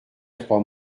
trois